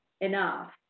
enough